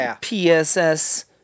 PSS